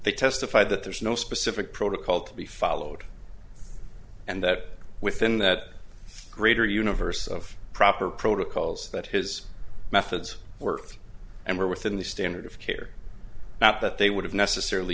they testified that there's no specific protocol to be followed and that within that greater universe of proper protocols that his methods worked and were within the standard of care not that they would have necessarily